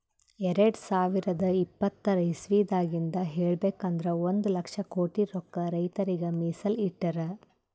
ಎರಡ ಸಾವಿರದ್ ಇಪ್ಪತರ್ ಇಸವಿದಾಗಿಂದ್ ಹೇಳ್ಬೇಕ್ ಅಂದ್ರ ಒಂದ್ ಲಕ್ಷ ಕೋಟಿ ರೊಕ್ಕಾ ರೈತರಿಗ್ ಮೀಸಲ್ ಇಟ್ಟಿರ್